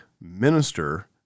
minister